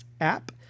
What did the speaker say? app